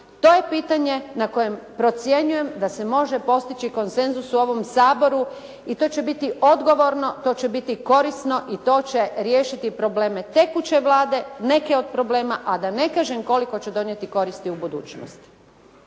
to je pitanje na kojem procjenjujem da se može postići konsenzus u ovom Saboru i to će biti odgovorno, to će biti korisno i to će riješiti probleme tekuće Vlade, neke od problema, a da ne kažem koliko će donijeti koristi u budućnosti.